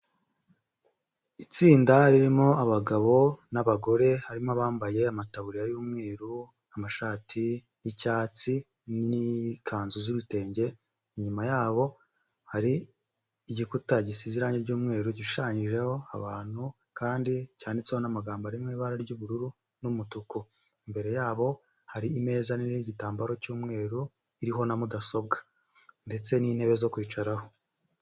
Itsinda ririmo abagabo n'abagore, harimo bambaye amatabuririya y'umweru amashati y'icyatsi n'ikanzu z'ibitenge, inyuma yabo hari igikuta gisiranye ry'umweru gishushanyijeho abantu kandi cyanditsweho n'amagambo arimo ibara ry'ubururu n'umutuku, imbere yabo hari imeza nini iriho igitambaro cy'umweru iriho na mudasobwa ndetse n'intebe zo kwicaraho.